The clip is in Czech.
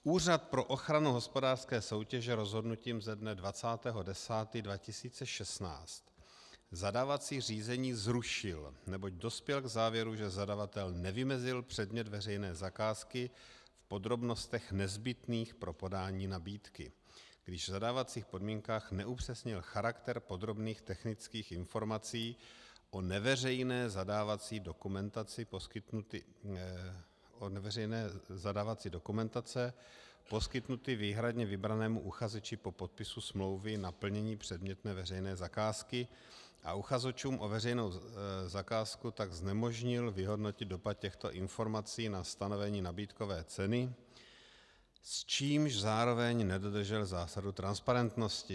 Úřad pro ochranu hospodářské soutěže rozhodnutím ze dne 20. 10. 2016 zadávací řízení zrušil, neboť dospěl k závěru, že zadavatel nevymezil předmět veřejné zakázky v podrobnostech nezbytných pro podání nabídky, když v zadávacích podmínkách neupřesnil charakter podrobných technických informací o neveřejné zadávací dokumentaci... poskytnuty výhradně vybranému uchazeči po podpisu smlouvy na plnění předmětné veřejné zakázky, a uchazečům o veřejnou zakázku tak znemožnil vyhodnotit dopad těchto informací na stanovení nabídkové ceny, čímž zároveň nedodržel zásadu transparentnosti.